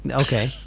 okay